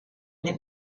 n’est